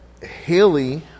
Haley